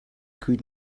could